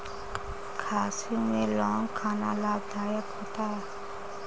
खांसी में लौंग खाना लाभदायक होता है